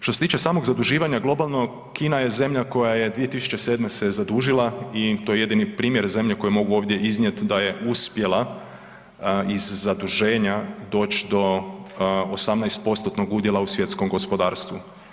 Što se tiče samog zaduživanja globalno Kina je zemlja koja je 2007. se zadužila i to je jedini primjer zemlje koji mogu ovdje iznijet da je uspjela iz zaduženja doć do 18%-nog udjela u svjetskom gospodarstvu.